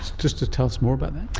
just tell us more but